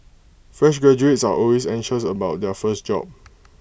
fresh graduates are always anxious about their first job